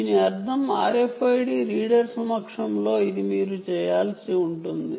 దీని అర్థం RFID reader సమక్షంలో ఇది మీరు చేయాల్సి ఉంటుంది